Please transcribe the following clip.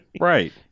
Right